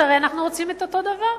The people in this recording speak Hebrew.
שהרי אנחנו רוצים את אותו הדבר.